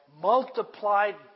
multiplied